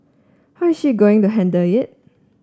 how is she going to handle it